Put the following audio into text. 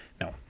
no